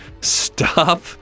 stop